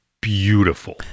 beautiful